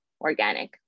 organic